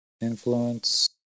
influence